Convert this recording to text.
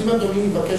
אז אם אדוני יבקש,